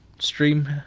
stream